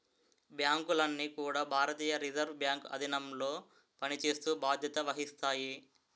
బ్యాంకులన్నీ కూడా భారతీయ రిజర్వ్ బ్యాంక్ ఆధీనంలో పనిచేస్తూ బాధ్యత వహిస్తాయి